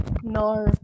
No